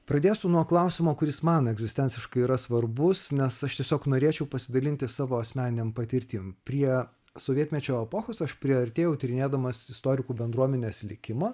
pradėsiu nuo klausimo kuris man egzistenciškai yra svarbus nes aš tiesiog norėčiau pasidalinti savo asmeninėm patirtim prie sovietmečio epochos aš priartėjau tyrinėdamas istorikų bendruomenės likimą